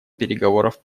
переговоров